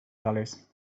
dollars